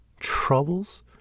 Troubles